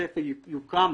ובכסייפה יוקם